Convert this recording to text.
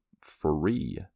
free